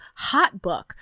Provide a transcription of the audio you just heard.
Hotbook